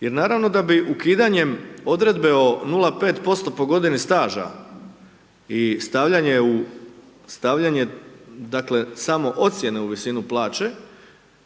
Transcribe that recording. jer naravno da bi ukidanjem odredbe od 0,5% po godini staža i stavljanje u, stavljanje, dakle, samo ocjene u visinu plaće,